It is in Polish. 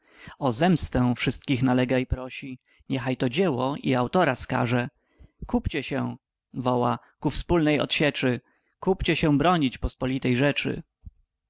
pożarze o zemstę wszystkich nalega i prosi niechaj to dzieło i autora skarze kupcie się woła ku wspólnej odsieczy kupcie się bronić pospolitej rzeczy